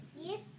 Yes